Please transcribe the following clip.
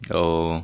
oh